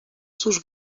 cóż